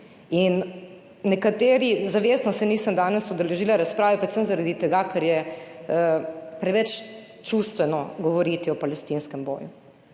in nekateri, zavestno se nisem danes udeležila razprave predvsem zaradi tega, ker je preveč čustveno govoriti o palestinskem boju